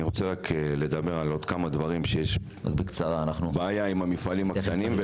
אני רוצה לדבר על הבעיה עם המפעלים הקטנים.